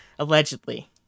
Allegedly